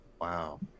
Wow